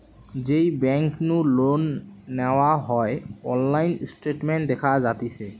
যেই বেংক নু লোন নেওয়া হয়অনলাইন স্টেটমেন্ট দেখা যাতিছে